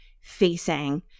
facing